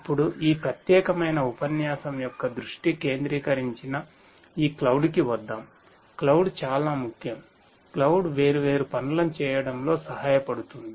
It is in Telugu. ఇప్పుడు ఈ ప్రత్యేకమైన ఉపన్యాసం యొక్క దృష్టి కేంద్రీకరించిన ఈ క్లౌడ్ వేర్వేరు పనులను చేయడంలో సహాయపడుతుంది